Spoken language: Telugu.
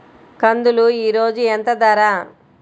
కందులు ఈరోజు ఎంత ధర?